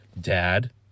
dad